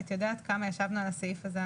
את יודעת כמה ישבנו על הסעיף הזה.